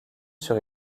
sur